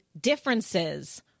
differences